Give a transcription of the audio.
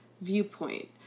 viewpoint